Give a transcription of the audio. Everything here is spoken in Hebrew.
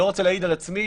אני לא רוצה להעיד על עצמי,